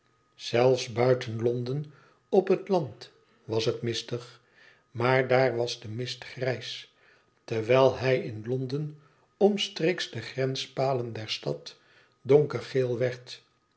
zelfs buiten londen op het land was het mistig maar daar was de mist grijs terwijl hij in londen omstreeks de grenspalen der stad donkergeel werd